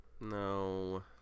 No